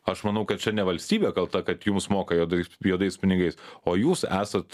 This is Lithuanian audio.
aš manau kad čia ne valstybė kalta kad jums moka juodais juodais pinigais o jūs esat